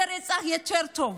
איזה רצח יותר טוב,